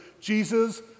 Jesus